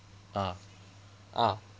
ah ah